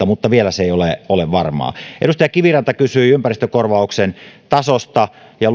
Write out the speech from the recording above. mutta vielä se ei ole ole varmaa edustaja kiviranta kysyi ympäristökorvauksen tasosta ja